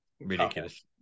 ridiculous